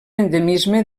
endemisme